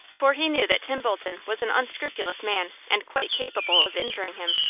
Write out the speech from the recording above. for he knew that tim bolton was an unscrupulous man, and quite capable of injuring him,